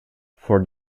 for